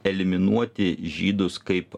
eliminuoti žydus kaip